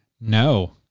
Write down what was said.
No